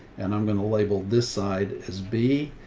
and i'm gonna label this side as b,